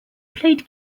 played